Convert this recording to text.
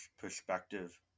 perspective